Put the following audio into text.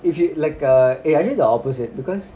if you like uh eh actually the opposite because